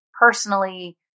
personally